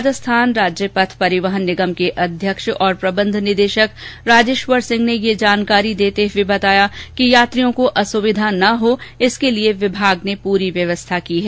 राजस्थान राज्य पथ परिवहन निगम के अध्यक्ष और प्रबन्ध निदेशक राजेश्वर सिंह ने ये जानकारी देते हुए बताया कि यात्रियों को असुविघा न हो इसके लिए विभाग ने पूरी व्यवस्था की है